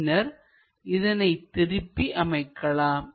பின்னர் இதனை திருப்பி அமைக்கலாம்